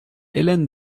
hélène